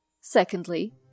Secondly